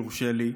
אם יורשה לי,